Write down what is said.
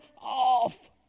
off